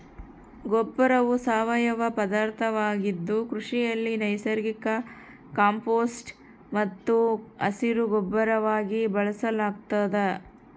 ಗೊಬ್ಬರವು ಸಾವಯವ ಪದಾರ್ಥವಾಗಿದ್ದು ಕೃಷಿಯಲ್ಲಿ ನೈಸರ್ಗಿಕ ಕಾಂಪೋಸ್ಟ್ ಮತ್ತು ಹಸಿರುಗೊಬ್ಬರವಾಗಿ ಬಳಸಲಾಗ್ತದ